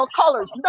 colors